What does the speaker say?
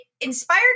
inspired